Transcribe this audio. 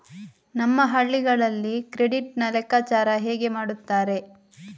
ನಮ್ಮ ಹಳ್ಳಿಗಳಲ್ಲಿ ಕ್ರೆಡಿಟ್ ನ ಲೆಕ್ಕಾಚಾರ ಹೇಗೆ ಮಾಡುತ್ತಾರೆ?